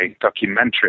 documentary